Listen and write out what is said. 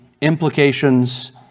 implications